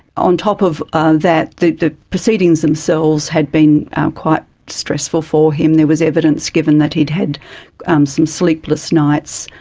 on top of ah that the the proceedings themselves had been quite stressful for him, there was evidence given that he'd had um some sleepless nights,